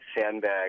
sandbag